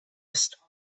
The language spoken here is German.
ist